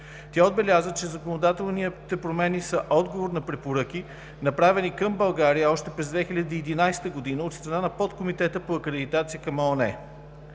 Тя отбеляза, че законодателните промени са отговор на препоръки, направени към България още през 2011 г. от страна на Подкомитета по акредитация към ООН.